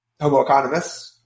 homo-economists